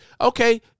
Okay